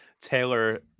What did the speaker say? Taylor